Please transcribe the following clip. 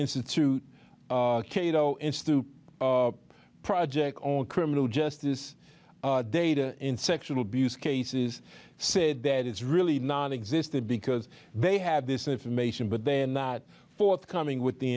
institute cato institute project on criminal justice data in sexual abuse cases said that it's really not existed because they have this information but they're not forthcoming with the